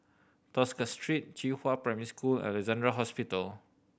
Tosca Street Qihua Primary School and Alexandra Hospital